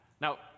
Now